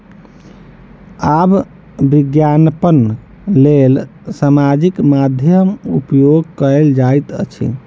आब विज्ञापनक लेल सामाजिक माध्यमक उपयोग कयल जाइत अछि